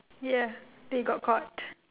ya they got caught